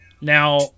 now